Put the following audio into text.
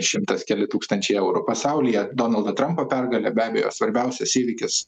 šimtas keli tūkstančiai eurų pasaulyje donaldo trampo pergalė be abejo svarbiausias įvykis